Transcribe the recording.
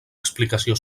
explicació